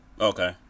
Okay